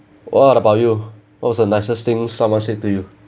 what about you what was the nicest thing someone said to you